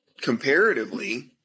comparatively